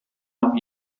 noch